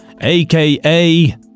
aka